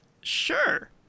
sure